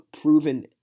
proven